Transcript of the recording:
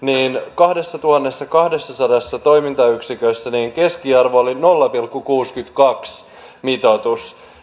kahdessatuhannessakahdessasadassa toimintayksikössä keskiarvo oli nolla pilkku kuusikymmentäkaksi mitoitus